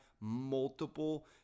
multiple